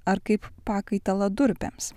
ar kaip pakaitalą durpėms